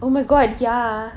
oh my god ya